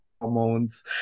hormones